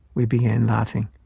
we began laughing.